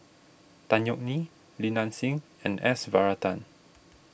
Tan Yeok Nee Li Nanxing and S Varathan